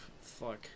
fuck